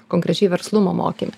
konkrečiai verslumo mokyme